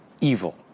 evil